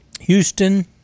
Houston